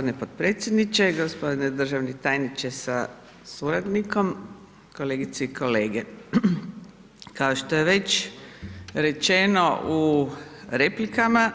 Hvala g. potpredsjedniče, g. državni tajniče sa suradnikom, kolegice i kolege, kao što je već rečeno u replikama,